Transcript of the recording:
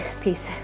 Peace